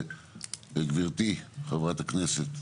גברתי חברת הכנסת,